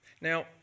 Now